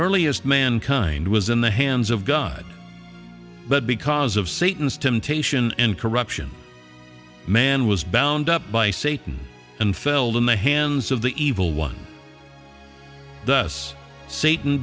earliest mankind was in the hands of god but because of satan's temptation and corruption man was bound up by satan and felled in the hands of the evil one thus satan